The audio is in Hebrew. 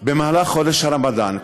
בחודש הרמדאן.